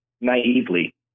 naively